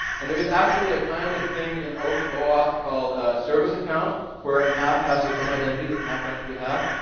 and there is actually a kind of thing in oauth called a account where an app has its own identity that can act on its behalf.